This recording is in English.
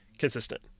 consistent